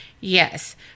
Yes